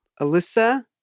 Alyssa